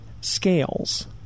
scales